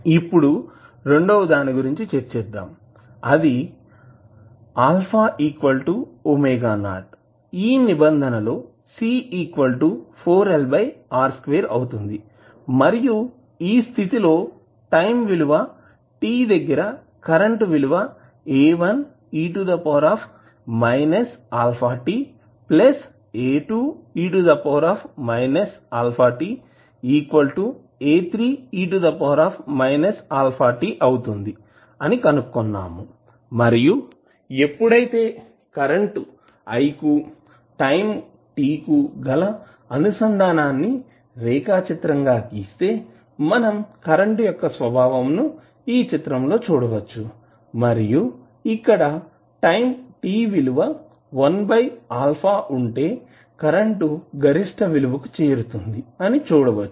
ఇప్పుడు రెండవ భాగాన్ని గురించి చర్చించాం అది α ⍵0 ఈ నిబంధన లో C4L R2 అవుతుంది మరియు ఈ స్థితి లో టైం విలువ t దగ్గర కరెంటు విలువ అవుతుంది అని కనుగొన్నాము మరియు ఎప్పుడైతే కరెంటు i కు టైం t కు గల అనుసంధానాన్ని రేఖచిత్రం గా గీస్తే మనం కరెంట్ యొక్క స్వభావం ను చిత్రం లో చూడవచ్చు మరియు ఇక్కడ టైం t విలువ 1α ఉంటే కరెంటు గరిష్ట విలువ కు చేరుతుంది అని చూడవచ్చు